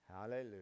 Hallelujah